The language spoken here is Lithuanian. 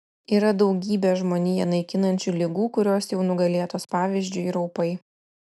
yra daugybė žmoniją naikinančių ligų kurios jau nugalėtos pavyzdžiui raupai